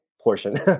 portion